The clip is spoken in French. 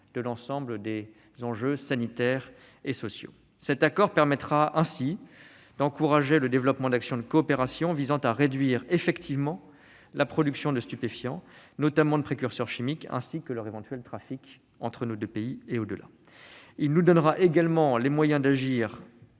de l'ensemble des enjeux sanitaires et sociaux. Ainsi, cet accord permettra d'encourager le développement d'actions de coopération visant à réduire effectivement la production de stupéfiants, notamment de précurseurs chimiques, ainsi que leur éventuel trafic entre nos deux pays et au-delà. Il nous donnera également les moyens d'agir